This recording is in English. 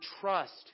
trust